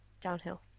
Downhill